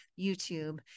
YouTube